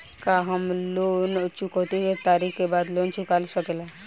का हम लोन चुकौती के तारीख के बाद लोन चूका सकेला?